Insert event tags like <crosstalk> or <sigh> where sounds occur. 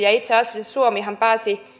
<unintelligible> ja itse asiassa suomihan pääsi